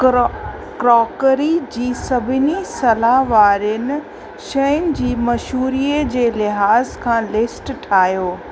crockery जी सभिनी सलाह वारियुनि शयुनि जी मशहूरीअ जे लिहाज़ खां लिस्ट ठाहियो